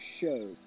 show